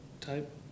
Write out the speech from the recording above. type